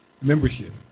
membership